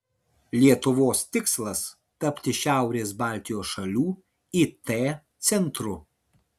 lietuvos tikslas tapti šiaurės baltijos šalių it centru